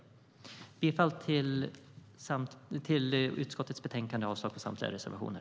Jag yrkar bifall till utskottets förslag i betänkandet och avslag på samtliga reservationer.